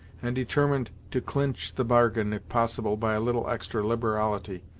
and determined to clinch the bargain if possible by a little extra liberality,